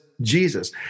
Jesus